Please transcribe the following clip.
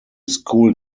school